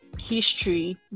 history